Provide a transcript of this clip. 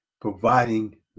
providing